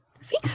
see